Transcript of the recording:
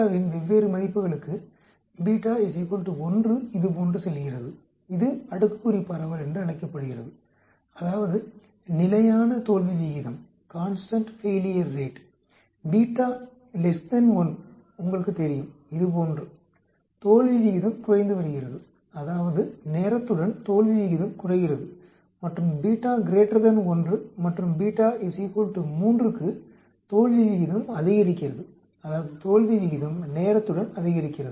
இன் வெவ்வேறு மதிப்புகளுக்கு 1 இதுபோன்று செல்கிறது இது அடுக்குக்குறி பரவல் என்று அழைக்கப்படுகிறது அதாவது நிலையான தோல்வி விகிதம் 1 உங்களுக்குத் தெரியும் இதுபோன்று தோல்வி விகிதம் குறைந்து வருகிறது அதாவது நேரத்துடன் தோல்வி விகிதம் குறைகிறது மற்றும் 1 மற்றும் 3க்கு தோல்வி விகிதம் அதிகரிக்கிறது அதாவது தோல்வி விகிதம் நேரத்துடன் அதிகரிக்கிறது